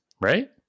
Right